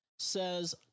Says